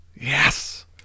Yes